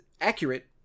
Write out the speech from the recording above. accurate